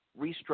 restructure